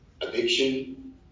addiction